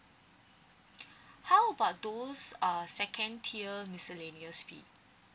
how about those uh second tier miscellaneous fee